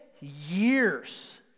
years